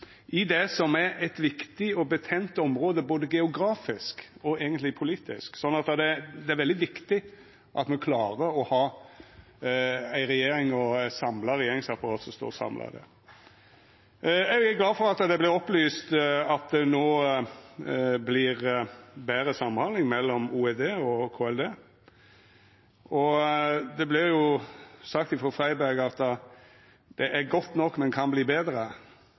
i det som er eit viktig og betent område både geografisk og eigentleg òg politisk. Så det er veldig viktig at me klarer å ha ei regjering og eit regjeringsapparat som står samla i det. Eg er glad for at det vart opplyst at det no vert betre samhandling mellom OED og KLD. Det vart sagt frå statsråd Freiberg at det er godt nok, men kan verta betre – men Stortinget har eigentleg sagt no at det må verta mykje betre.